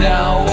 Now